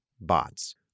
bots